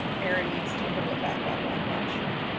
erin needs to pull it back up, i'm not sure.